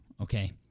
Okay